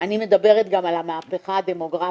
אני מדברת גם על המהפכה הדמוגרפית,